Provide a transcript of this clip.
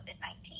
COVID-19